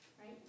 Right